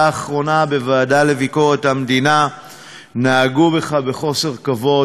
האחרונה בוועדה לביקורת המדינה נהגו בך בחוסר כבוד.